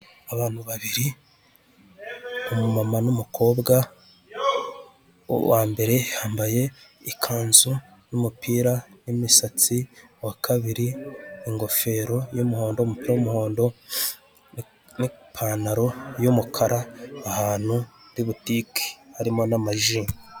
Abantu babiri umumama n'umukobwa uwa mbere yambaye ikanzu n'umupira n'imisatsi. Uwa kabiri ingofero y'umuhondo, umupira w'umuhondo n'ipantalo y'umukara ahantu muri butike harimo n'amaji.